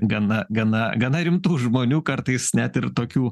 gana gana gana rimtų žmonių kartais net ir tokių